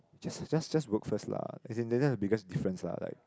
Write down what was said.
just just just work first lah as in the biggest difference lah like